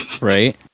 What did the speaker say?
Right